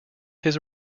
his